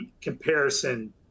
comparison